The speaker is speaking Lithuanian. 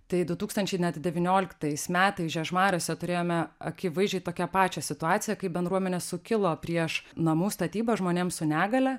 tai du tūkstančiai net devynioliktais metais žiežmariuose turėjome akivaizdžiai tokią pačią situaciją kai bendruomenė sukilo prieš namų statybą žmonėms su negalia